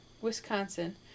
Wisconsin